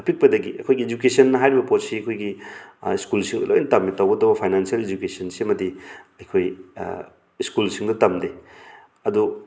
ꯑꯄꯤꯛꯄꯗꯒꯤ ꯑꯩꯈꯣꯏꯒꯤ ꯏꯖꯨꯀꯦꯁꯟ ꯍꯥꯏꯔꯤꯕ ꯄꯣꯠꯁꯤ ꯑꯩꯈꯣꯏꯒꯤ ꯁ꯭ꯀꯨꯜꯁꯤꯡꯗ ꯂꯣꯏꯅ ꯇꯝꯃꯦ ꯇꯧꯕꯇꯕꯨ ꯐꯥꯏꯅꯥꯟꯁꯤꯌꯦꯜ ꯏꯖꯨꯀꯦꯁꯟ ꯁꯤꯃꯗꯤ ꯑꯩꯈꯣꯏ ꯁ꯭ꯀꯨꯜꯁꯤꯡꯗ ꯇꯝꯗꯦ ꯑꯗꯣ